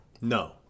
no